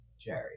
Jerry